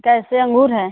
कैसे अँगूर है